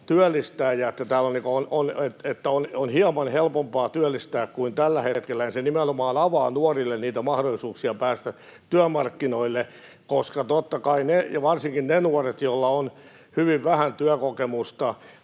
työllistää ja että on hieman helpompaa työllistää kuin tällä hetkellä. Se nimenomaan avaa nuorille niitä mahdollisuuksia päästä työmarkkinoille, koska totta kai varsinkin niillä nuorilla, joilla on hyvin vähän työkokemusta